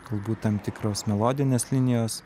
galbūt tam tikros melodinės linijos